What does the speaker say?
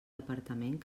departament